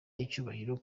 icyubahiro